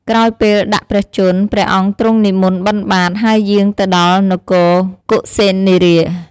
ក្រោយពេលដាក់ព្រះជន្ម ព្រះអង្គទ្រង់និមន្តបិណ្ឌបាត ហើយយាងទៅដល់នគរកុសិនារា។